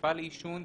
והחשיפה לעישון,